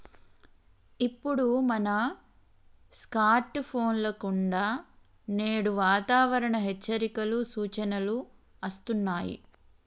ఇప్పుడు మన స్కార్ట్ ఫోన్ల కుండా నేడు వాతావరణ హెచ్చరికలు, సూచనలు అస్తున్నాయి